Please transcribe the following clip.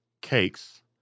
Cakes